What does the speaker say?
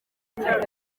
yagize